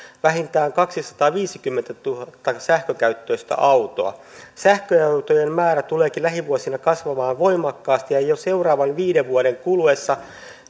vähintään kaksisataaviisikymmentätuhatta sähkökäyttöistä autoa sähköautojen määrä tuleekin lähivuosina kasvamaan voimakkaasti ja jo seuraavan viiden vuoden kuluessa